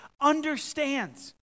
understands